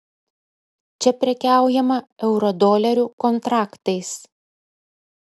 čia prekiaujama eurodolerių kontraktais